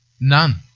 none